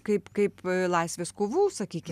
kaip kaip laisvės kovų sakykim